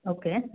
okay